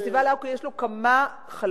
לפסטיבל עכו יש כמה חלקים,